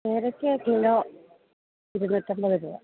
കേരയ്ക്ക് kilo ഇരുന്നൂറ്റിയന്പതു രൂപ